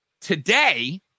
today